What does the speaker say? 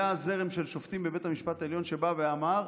היה זרם של שופטים בבית המשפט העליון שבא ואמר: